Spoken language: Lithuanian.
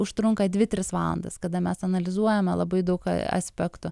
užtrunka dvi tris valandas kada mes analizuojame labai daug aspektų